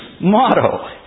motto